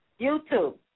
YouTube